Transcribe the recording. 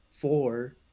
four